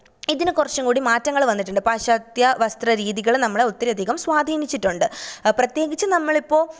ഇതിന് കുറച്ചും കൂടി മാറ്റങ്ങള് വന്നിട്ടുണ്ട് പാശ്ചാത്യ വസ്ത്രരീതികള് നമ്മളെ ഒത്തിരിയധികം സ്വാധീനിച്ചിട്ടുണ്ട് പ്രത്യേകിച്ച് നമ്മളിപ്പോൾ